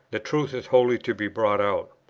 the truth is wholly to be brought out.